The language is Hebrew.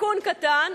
תיקון קטן,